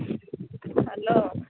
hello